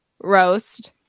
roast